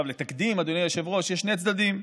לתקדים, אדוני היושב-ראש, יש שני צדדים: